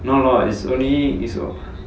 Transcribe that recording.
no a lot lah is only is